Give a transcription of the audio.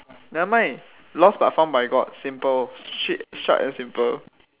never mind lost but found by god simple sh~ short and simple